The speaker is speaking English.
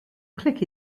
click